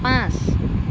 পাঁচ